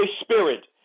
spirit